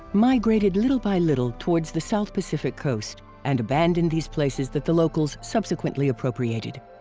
migrated little by little towards the south pacific coast and abandoned these places that the locals subsequently appropriated.